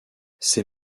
ces